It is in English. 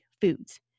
foods